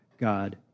God